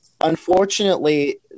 unfortunately